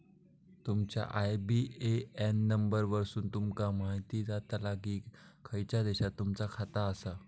तुमच्या IBAN number वरसुन तुमका म्हायती जाताला की खयच्या देशात तुमचा खाता आसा